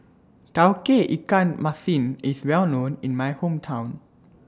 Tauge Ikan Masin IS Well known in My Hometown